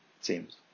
seems